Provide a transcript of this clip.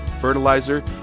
fertilizer